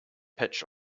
patch